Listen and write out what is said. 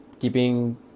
keeping